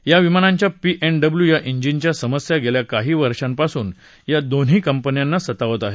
या विमानांच्या P and W या इंजिनच्या समस्या गेल्या काही वर्षा पासून या दोन्ही विमान कंपन्यांना सतावत आहेत